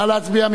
נא להצביע.